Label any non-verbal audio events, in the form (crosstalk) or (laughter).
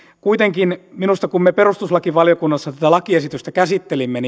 kuitenkin minusta kun me perustuslakivaliokunnassa tätä lakiesitystä käsittelimme (unintelligible)